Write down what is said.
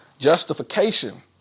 justification